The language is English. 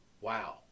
wow